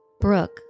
Brooke